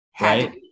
Right